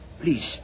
Please